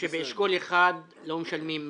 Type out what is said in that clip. שבאשכול 1 לא משלמים מס.